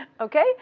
Okay